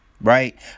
Right